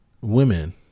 women